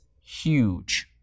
huge